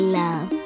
love